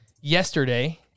yesterday